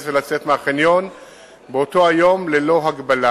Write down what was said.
ולצאת מהחניון באותו היום ללא הגבלה.